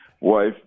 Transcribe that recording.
wife